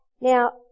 Now